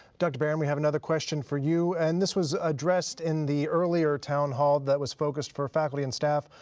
dr. barron we have another question for you. and this was addressed in the earlier town hall that was focused for faculty and staff,